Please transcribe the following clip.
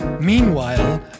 Meanwhile